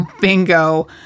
Bingo